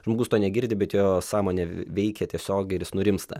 žmogus to negirdi bet jo sąmonę veikia tiesiog ir jis nurimsta